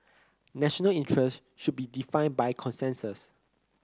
national interest should be defined by consensus